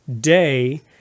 day